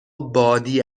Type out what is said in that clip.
بادی